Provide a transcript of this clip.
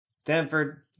Stanford